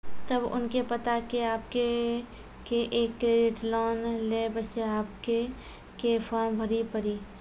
तब उनके बता के आपके के एक क्रेडिट लोन ले बसे आपके के फॉर्म भरी पड़ी?